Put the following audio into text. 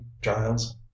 giles